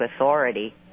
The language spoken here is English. authority